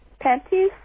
Panties